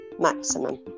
maximum